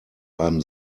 einem